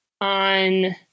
on